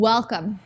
Welcome